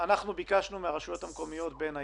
ביקשנו מהרשויות המקומיות, בין היתר,